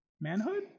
manhood